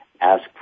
ask